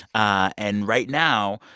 ah and right now,